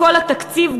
בכל התקציב,